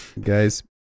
Guys